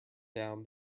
down